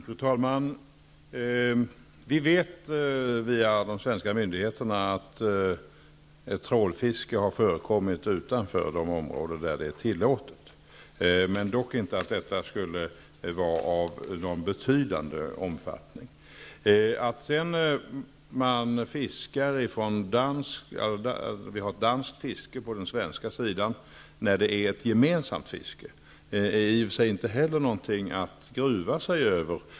Herr talman! Vi vet via de svenska myndigheterna att trålfiske har förekommit utanför de områden där det är tillåtet. Dock har detta fiske inte varit av någon betydande omfattning. Att vi sedan har ett danskt fiske på den svenska sidan, där det är ett gemensamt fiske, är i och för sig heller inte någonting att gruva sig över.